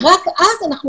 אני רק אציין ואומר,